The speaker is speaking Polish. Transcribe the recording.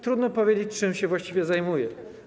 Trudno powiedzieć, czym się właściwie zajmuje.